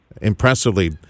impressively